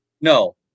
No